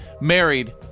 married